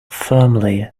firmly